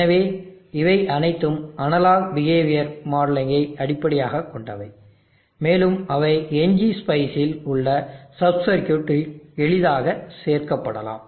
எனவே இவை அனைத்தும் அனலாக் பிஹேவியரல் மாடலிங்கை அடிப்படையாகக் கொண்டவை மேலும் அவை ngspice இல் உள்ள சப் சர்க்யூட்டில் எளிதாக சேர்க்கப்படலாம்